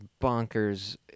bonkers